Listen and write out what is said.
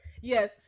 Yes